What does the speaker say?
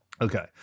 Okay